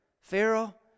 Pharaoh